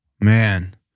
Man